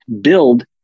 build